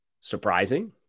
surprising